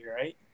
right